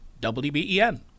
WBEN